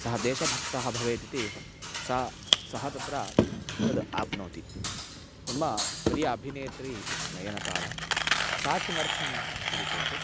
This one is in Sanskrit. सः देशभक्तः भवेत् इति सा सः तत्र तद् आप्नोति मम प्रिया अभिनेत्री नयनतारा सा किमर्थम् इति चेत्